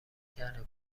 کرده